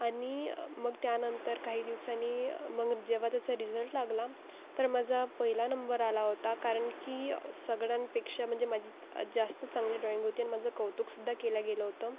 आणि मग त्यानंतर काही दिवसांनी मग जेव्हा त्याचा रिझल्ट लागला तर माझा पहिला नंबर आला होता कारण की सगळ्यांपेक्षा म्हणजे माझी जास्त चांगले ड्रॉईंग होते आणि माझं कौतुकसुद्धा केलं गेलं होतं